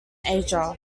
asia